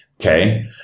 Okay